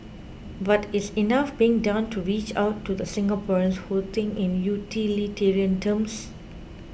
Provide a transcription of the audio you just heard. but is enough being done to reach out to the Singaporeans who think in utilitarian terms